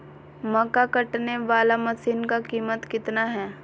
मक्का कटने बाला मसीन का कीमत कितना है?